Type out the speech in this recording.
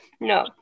no